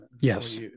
yes